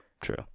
True